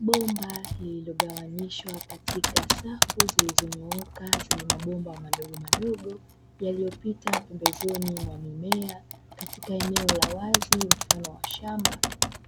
Bomba lililogawanishwa katika safu zilizonyooka zenye mabomba madogo madogo, yaliyopita pembezoni mwa mimea katika eneo la wazi mfano wa shamba